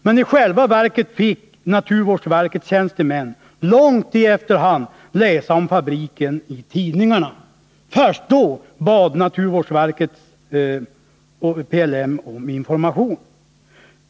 Men i själva verket fick naturvårdsverkets tjänstemän långt i efterhand läsa om fabriken i tidningarna. Först då bad naturvårdsverket PLM om information.